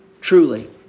Truly